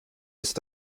ist